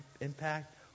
impact